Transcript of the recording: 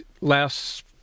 last